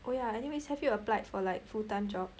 oh yeah anyway have you applied for like full time job